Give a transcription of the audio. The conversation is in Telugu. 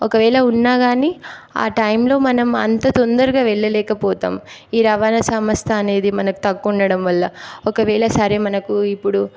ఒకవేళ ఉన్నా కానీ ఆ టైంలో మనం అంత తొందరగా వెళ్ళలేక పోతాం ఈ రవాణా సంస్థ అనేది మనకు తక్కువ ఉండడం వల్ల ఒకవేళ సరే మనకు ఇప్పుడు